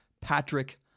Patrick